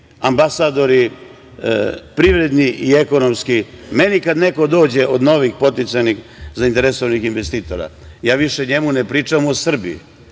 ambasadori privredni i ekonomski. Meni kad neko dođe od novih, potencijalnih zainteresovanih investitora, ja više njemu ne pričam o Srbiji,